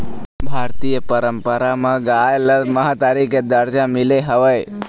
भारतीय पंरपरा म गाय ल महतारी के दरजा मिले हवय